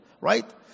Right